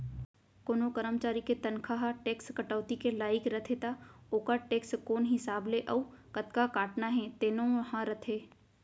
कोनों करमचारी के तनखा ह टेक्स कटौती के लाइक रथे त ओकर टेक्स कोन हिसाब ले अउ कतका काटना हे तेनो ह रथे